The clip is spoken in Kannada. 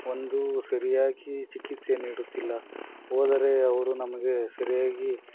ಒಂದು ಸರಿಯಾಗಿ ಚಿಕಿತ್ಸೆ ನೀಡುತ್ತಿಲ್ಲ ಹೋದರೆ ಅವರು ನಮಗೆ ಸರಿಯಾಗಿ